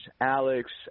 Alex